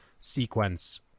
Sequence